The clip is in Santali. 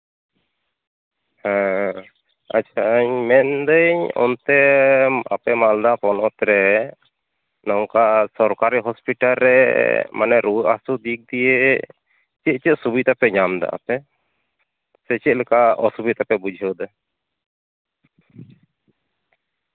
ᱦᱮᱸ ᱟᱪᱪᱷᱟᱧ ᱢᱮᱱᱫᱟᱹᱧ ᱚᱱᱛᱮ ᱟᱯᱮ ᱢᱟᱞᱫᱟ ᱯᱚᱱᱚᱛ ᱨᱮ ᱱᱚᱝᱠᱟ ᱥᱚᱨᱠᱟᱨᱤ ᱦᱚᱥᱯᱤᱴᱟᱞ ᱨᱮ ᱢᱟᱱᱮ ᱨᱩᱣᱟᱹᱜ ᱦᱟᱹᱥᱩᱜ ᱫᱤᱜᱽ ᱫᱤᱭᱮ ᱪᱮᱫ ᱪᱮᱫ ᱥᱩᱵᱤᱫᱟ ᱯᱮ ᱧᱟᱢ ᱫᱟ ᱟᱯᱮ ᱥᱮ ᱪᱮᱫᱞᱮᱠᱟ ᱚᱥᱩᱵᱤᱫᱟᱯᱮ ᱵᱩᱡᱷᱟᱹᱣᱫᱟ